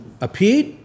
appeared